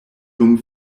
dum